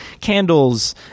candles